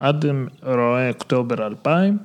אדם רואה אוקטובר 2000